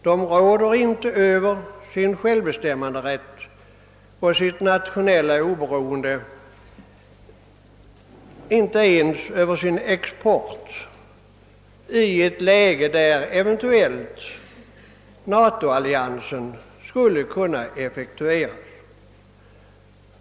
De äger inte självbestämmanderätt och råder inte över sitt nationella oberoende eller ens över sin export i ett läge, där NATO alliansen eventuellt sätts i funktion.